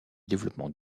développement